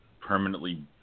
permanently